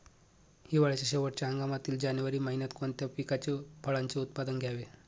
हिवाळ्याच्या शेवटच्या हंगामातील जानेवारी महिन्यात कोणत्या पिकाचे, फळांचे उत्पादन घ्यावे?